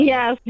Yes